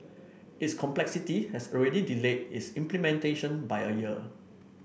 its complexity has already delayed its implementation by a year